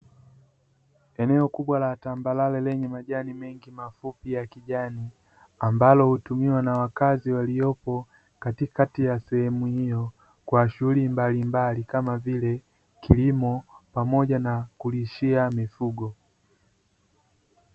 Eneo kubwa la tambarare lenye majani mengi mafupi ya kijani ambalo hutumiwa na wakazi, waliopo katikati ya sehemu hiyo kwa shughuli mblimbali kama vile kilimo pamoja na kulishia mifugo.